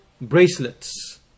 bracelets